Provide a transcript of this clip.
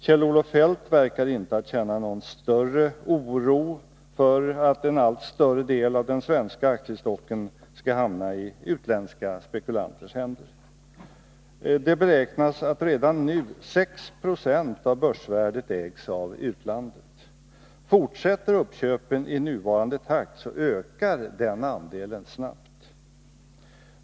Kjell-Olof Feldt verkar inte känna någon större oro för att en allt större del av den svenska aktiestocken skall hamna i utländska spekulanters händer. Det beräknas att redan nu 6 90 av börsvärdet ägs av utlandet. Fortsätter uppköpen i nuvarande takt ökar den andelen snabbt.